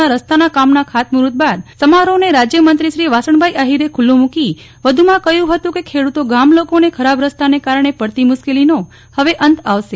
ના રસ્તાના કામનાં ખાતમુહુર્ત બાદ સમારોહને રાજયમંત્રીશ્રી વાસણભાઈ આહિરે ખૂલ્લો મૂકી વધુમાં કહયું હતું કે ખેડૂતો ગામ લોકોને ખરાબ રસ્તાને કારણે પડતી મુશ્કેલીનો હવે અંત આવશે